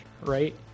right